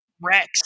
rex